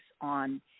on